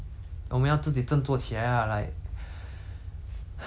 生命没有这样容易过 lah